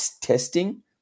testing